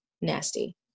nasty